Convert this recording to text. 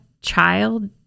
child